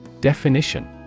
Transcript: Definition